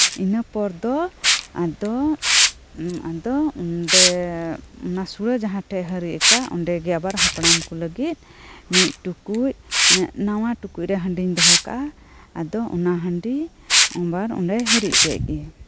ᱤᱱᱟᱹ ᱯᱚᱨᱫᱚ ᱟᱫᱚ ᱟᱫᱚ ᱚᱸᱰᱮ ᱚᱱᱟ ᱥᱩᱲᱟᱹ ᱡᱟᱦᱟᱸᱴᱷᱮᱡ ᱞᱮ ᱦᱟᱹᱨᱤᱡ ᱟᱠᱟᱫ ᱚᱸᱰᱮᱜᱮ ᱟᱵᱟᱨ ᱦᱟᱯᱲᱟᱢ ᱠᱩ ᱞᱟᱹᱜᱤᱫ ᱢᱤᱫ ᱴᱩᱠᱩᱡ ᱱᱟᱣᱟ ᱴᱩᱠᱩᱡ ᱨᱮ ᱦᱟ ᱰᱤᱧ ᱫᱚᱦᱚᱠᱟᱜᱼᱟ ᱟᱫᱚ ᱚᱱᱟ ᱦᱟᱺᱰᱤ ᱟᱵᱟᱨ ᱚᱸᱰᱮᱭ ᱦᱟᱹᱨᱤᱡ ᱠᱮᱫᱜᱮ